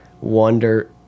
wonder